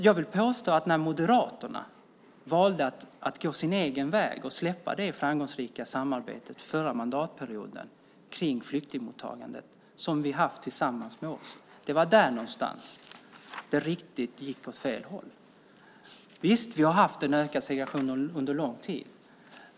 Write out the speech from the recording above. Jag vill påstå att det var när Moderaterna valde att gå sin egen väg och släppa det framgångsrika samarbete under förra mandatperioden kring flyktingmottagandet som de hade med oss som det riktigt gick åt fel håll. Visst, vi har haft en ökande segregation under lång tid.